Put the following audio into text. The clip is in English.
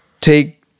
take